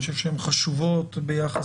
אני חושב שהן חשובות ביחס